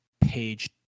page